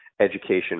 education